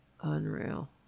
unreal